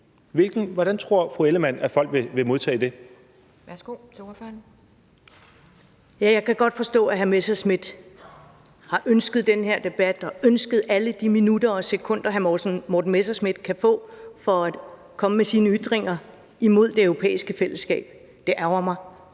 ordføreren. Kl. 11:42 Karen Ellemann (V): Jeg kan godt forstå, at hr. Morten Messerschmidt har ønsket den her debat og ønsket alle de minutter og sekunder, hr. Morten Messerschmidt kan få til at komme med sine ytringer imod Det Europæiske Fællesskab. Det ærgrer mig,